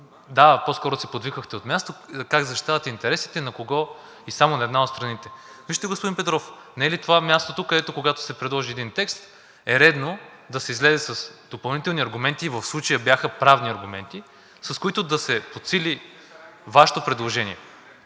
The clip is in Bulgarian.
Да, по-скоро подвиквахте от място. Как защитават интересите, на кого и само на една от страните. Вижте, господин Петров, не е ли това мястото, където, когато се предложи един текст, е редно да се излезе с допълнителни аргументи – и в случая бяха правни аргументи, с които да се подсили Вашето предложение.